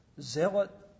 zealot